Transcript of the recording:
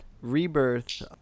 Rebirth